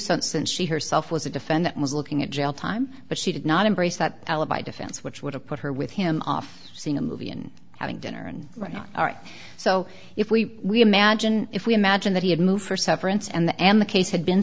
something since she herself was a defendant was looking at jail time but she did not embrace that alibi defense which would have put her with him off seeing a movie and having dinner and right now so if we imagine if we imagine that he had moved for severance and the and the case had been